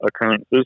occurrences